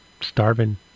starving